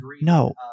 No